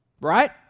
Right